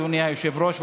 אדוני היושב-ראש,